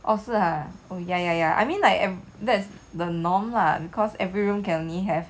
oh 是啊 oh ya ya ya I mean like that's the norm lah because every room can only have